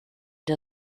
der